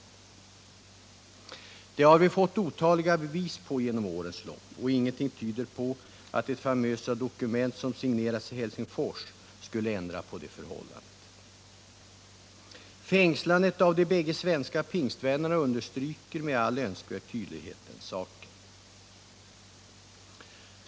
Detta har vi fått otaliga bevis på genom årens lopp, och ingenting tyder på att det famösa dokument som signerats i Helsingfors skulle ändra på det förhållandet. Fängslandet av de båda svenska pingstvännerna understryker med all önskvärd tydlighet den saken.